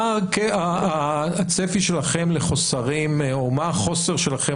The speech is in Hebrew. מה הצפי שלכם לחוסרים או מה החוסר שלכם